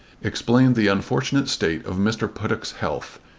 explained the unfortunate state of mr. puttock's health,